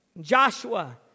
Joshua